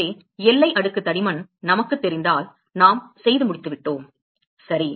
எனவே எல்லை அடுக்கு தடிமன் நமக்குத் தெரிந்தால் நாம் செய்து முடித்துவிட்டோம் சரி